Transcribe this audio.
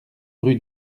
rue